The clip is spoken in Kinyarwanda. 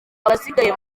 abasigaye